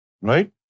Right